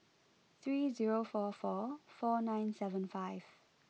three zero four four four nine seven five